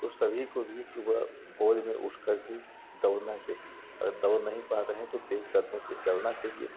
तो सभी को भी सुबह भोर में उठ कर के दौड़ना चाहिए अगर दौड़ नहीं पा रहे हैं तो तेज कदमों से चलना चाहिए